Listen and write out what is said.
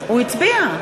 הצביע.